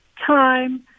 time